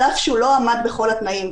על אף שהוא לא עמד בכל התנאים,